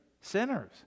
sinners